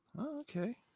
Okay